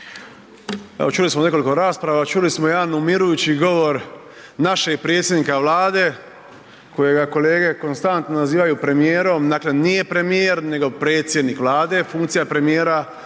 čuli smo nekoliko rasprava, čuli smo jedan umirujući govor našeg predsjednika Vlade kojega kolege konstantno nazivaju premijerom, dakle nije premijer nego predsjednik Vlade, funkcija premijera